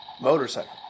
Motorcycle